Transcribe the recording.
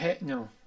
No